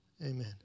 Amen